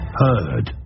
heard